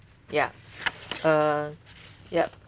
ya uh yup